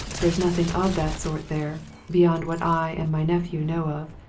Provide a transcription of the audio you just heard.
there is nothing of that sort there beyond what i and my nephew know of.